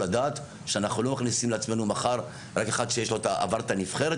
לדעת שאנחנו לא מכניסים לעצמנו מחר רק אחד שעבר את הנבחרת